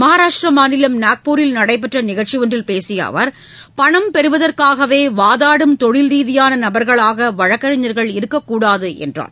மஹாராஷ்ட்ர மாநிலம் நாக்பூரில் நடைபெற்ற நிகழ்ச்சி ஒன்றில் பேசிய அவர் பணம் பெறுவதற்காகவே வாதாடும் தொழில் ரீதியான நபர்களாக வழக்கறிஞர்கள் இருக்கக்கூடாது என்றார்